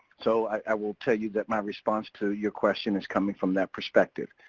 so i will tell you that my response to your question is coming from that perspective.